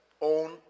own